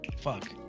Fuck